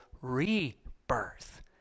rebirth